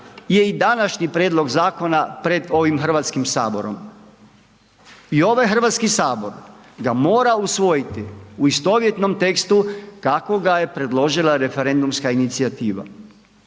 je i današnji prijedlog zakona pred ovim HS i ovaj HS ga mora uvojiti u istovjetnom tekstu kako ga je predložila referendumska inicijativa.